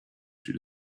she